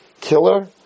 killer